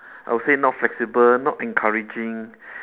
I'll say not flexible not encouraging